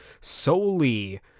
solely